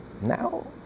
now